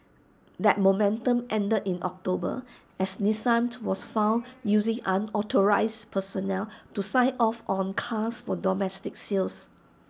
that momentum ended in October as Nissan to was found using unauthorised personnel to sign off on cars for domestic sales